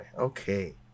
Okay